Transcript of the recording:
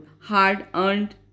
hard-earned